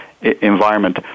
environment